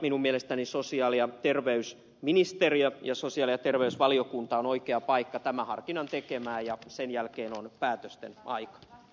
minun mielestäni sosiaali ja terveysministeriö ja sosiaali ja terveysvaliokunta ovat oikeita tahoja tekemään tämän harkinnan ja sen jälkeen on päätösten aika